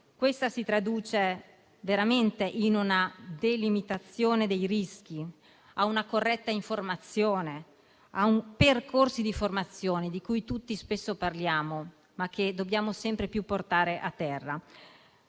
Questa si traduce in una delimitazione dei rischi, in una corretta informazione, in percorsi di formazione di cui tutti spesso parliamo, ma che dobbiamo sempre più concretizzare.